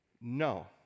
no